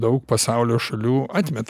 daug pasaulio šalių atmeta